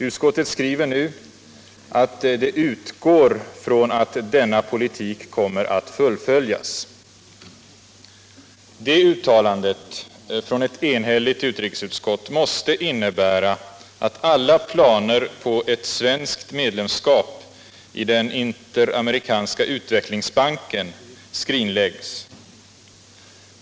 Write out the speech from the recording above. Utskottet skriver nu: ”Utskottet utgår från att denna politik kommer att fullföljas.” Detta uttalande — från ett enhälligt utrikesutskott — måste innebära att alla planer på svenskt medlemskap i den Interamerikanska utvecklingsbanken skrinläggs.